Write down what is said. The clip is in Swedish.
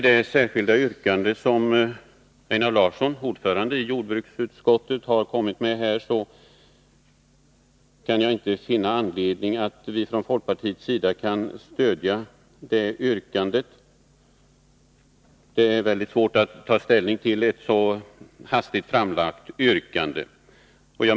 Det särskilda yrkande som Einar Larsson, ordförande i jordbruksutskottet, har kommit med kan jag inte finna att vi från folkpartiets sida kan stödja. Det är svårt att ta ställning till ett så hastigt framlagt yrkande.